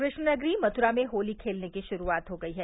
कृष्ण नगरी मथुरा में होली खेलने की शुरूआत हो गयी है